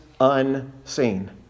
unseen